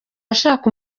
ashaka